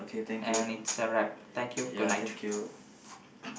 and it's a wrap thank you goodnight